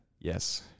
Yes